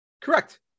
Correct